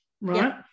Right